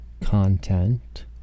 content